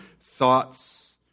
thoughts